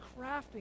crafting